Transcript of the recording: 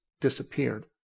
disappeared